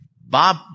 Bob